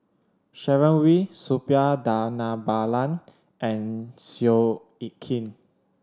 Sharon Wee Suppiah Dhanabalan and Seow Yit Kin